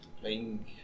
playing